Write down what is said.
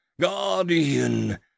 guardian